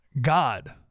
God